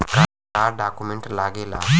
का डॉक्यूमेंट लागेला?